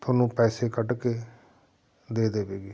ਤੁਹਾਨੂੰ ਪੈਸੇ ਕੱਢ ਕੇ ਦੇ ਦੇਵੇਗੀ